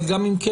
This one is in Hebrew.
אבל גם אם כן,